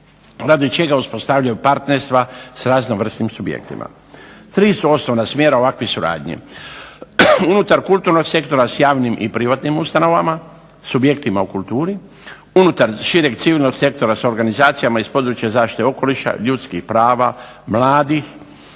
radi čega uspostavljaju partnerstva s raznovrsnim subjektima. Tri su osnovna smjera ovakve suradnje: unutar kulturnog sektora s javnim i privatnim ustanovama subjektima u kulturi, unutar šireg civilnog sektora s organizacijama iz područja zaštite okoliša, ljudskih prava mladih,